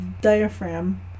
diaphragm